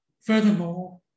Furthermore